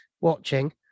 watching